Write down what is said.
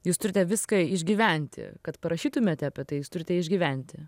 jūs turite viską išgyventi kad parašytumėte apie tai jūs turite išgyventi